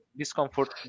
discomfort